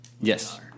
Yes